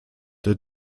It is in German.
der